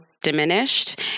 diminished